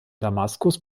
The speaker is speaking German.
damaskus